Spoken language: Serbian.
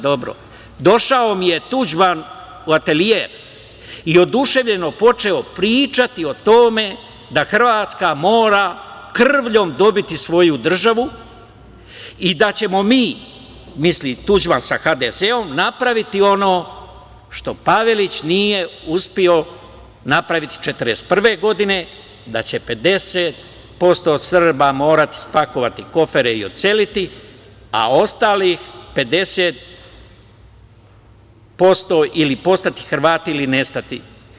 Došao mi je Tuđman, latelijer, i oduševljeno počeo pričati o tome da Hrvatska mora krvljom dobiti svoju državu i da ćemo mi, misli, Tuđman sa HDZ-om, napraviti ono što Pavelić nije uspeo napraviti 1941. godine, da će 50% Srba morati spakovati kofere i odseliti, a ostalih 50% ili postati Hrvati ili nestati.